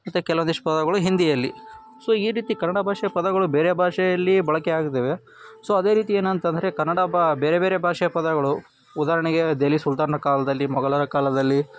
ಮತ್ತು ಕೆಲವೊಂದಿಷ್ಟು ಪದಗಳು ಹಿಂದಿಯಲ್ಲಿ ಸೊ ಈ ರೀತಿ ಕನ್ನಡ ಭಾಷೆಯ ಪದಗಳು ಬೇರೆ ಭಾಷೆಯಲ್ಲಿ ಬಳಕೆ ಆಗಿದ್ದಾವೆ ಸೊ ಅದೇ ರೀತಿ ಏನಂತಂದರೆ ಕನ್ನಡ ಬಾ ಬೇರೆ ಬೇರೆ ಭಾಷೆಯ ಪದಗಳು ಉದಾಹರ್ಣೆಗೆ ದೆಹಲಿ ಸುಲ್ತಾನರ ಕಾಲದಲ್ಲಿ ಮೊಘಲರ ಕಾಲದಲ್ಲಿ